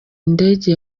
ndege